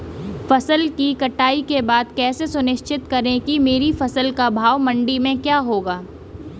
फसल की कटाई के बाद कैसे सुनिश्चित करें कि मेरी फसल का भाव मंडी में क्या होगा?